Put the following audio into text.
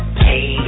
pay